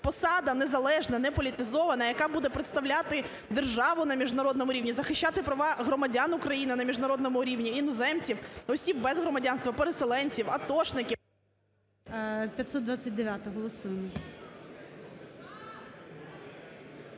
посада незалежна, неполітизована, яка буде представляти державу на міжнародному рівні, захищата права громадян України на міжнародному рівні, іноземців, осіб без громадянства, переселенців, атошників… ГОЛОВУЮЧИЙ. 529-а. Голосуємо.